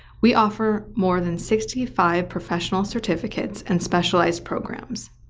we offer more than sixty five professional certificates and specialized programs,